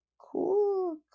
Cool